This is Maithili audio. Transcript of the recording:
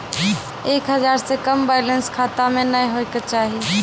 एक हजार से कम बैलेंस खाता मे नैय होय के चाही